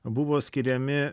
buvo skiriami